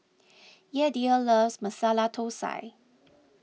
Yadiel loves Masala Thosai